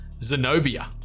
Zenobia